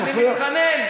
אני מתחנן,